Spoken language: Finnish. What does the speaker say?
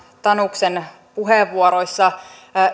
tanuksen puheenvuoroissa